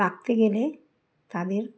রাখতে গেলে তাদের